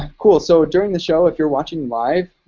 cool, so during the show, if you're watching live,